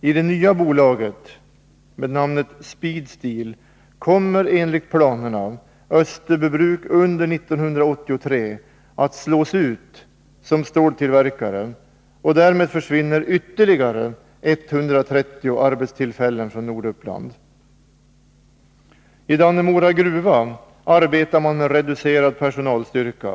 I det nya bolaget, Speedsteel, kommer enligt planerna Österbybruk under 1983 att slås ut som ståltillverkare, och därmed försvinner ytterligare 130 arbetstillfällen från Norduppland. I Dannemora gruva arbetar man med reducerad personalstyrka.